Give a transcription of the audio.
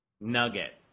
nugget